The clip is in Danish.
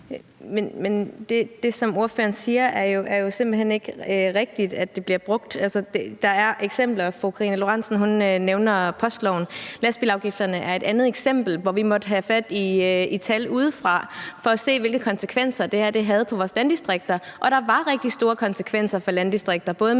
siger, er jo simpelt hen ikke rigtigt, altså at det bliver brugt. Der er eksempler på – fru Karina Lorentzen Dehnhardt nævner postloven, og lastbilafgifterne er et andet eksempel – at vi måtte have fat i tal udefra for at se, hvilke konsekvenser det her havde for vores landdistrikter. Og der var rigtig store konsekvenser for landdistrikterne